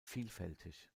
vielfältig